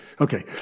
Okay